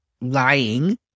lying